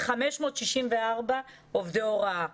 564 עובדי הוראה,